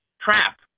trap